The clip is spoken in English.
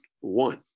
one